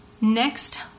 next